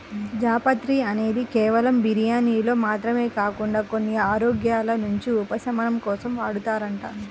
జాపత్రి అనేది కేవలం బిర్యానీల్లో మాత్రమే కాకుండా కొన్ని అనారోగ్యాల నుంచి ఉపశమనం కోసం వాడతారంట